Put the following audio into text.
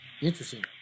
Interesting